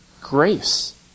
grace